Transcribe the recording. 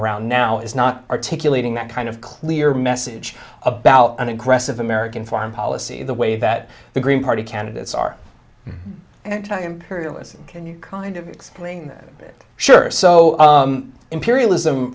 around now is not articulating that kind of clear message about an aggressive american foreign policy the way that the green party candidates are anti imperialist can you kind of explain it sure so imperialism